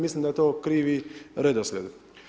Mislim da je to krivi redoslijed.